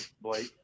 Blake